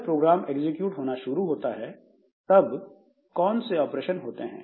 जब program execute होना शुरू होता है तब कौन से ऑपरेशन होते हैं